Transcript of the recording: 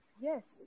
Yes